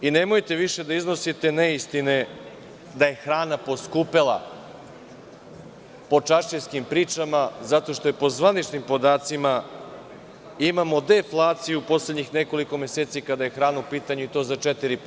Nemojte više da iznosite neistine da je hrana poskupela po čaršijskim pričama, zato što po zvaničnim podacima imamo deflaciju u poslednjih nekoliko meseci kada je hrana u pitanju i to za 4%